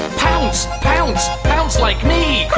pounce. pounce. pounce like me.